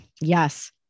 Yes